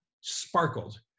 sparkled